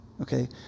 Okay